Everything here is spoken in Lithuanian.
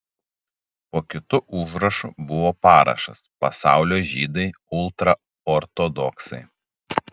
po kitu užrašu buvo parašas pasaulio žydai ultraortodoksai